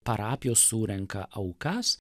parapijos surenka aukas